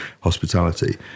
hospitality